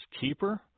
keeper